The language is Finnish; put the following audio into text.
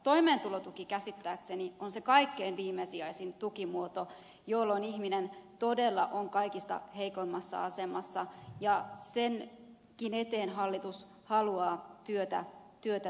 toimeentulotuki käsittääkseni on se kaikkein viimesijaisin tukimuoto jolloin ihminen todella on kaikista heikoimmassa asemassa ja senkin eteen hallitus haluaa työtä tehdä